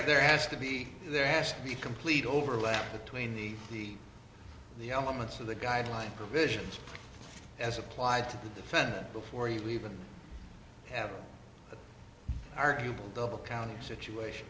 there has to be there has to be complete overlap between the the the elements of the guideline provisions as applied to the defendant before you even have an arguable double counting situation